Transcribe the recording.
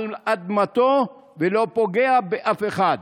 על אדמתו, ולא פוגע באף אחד.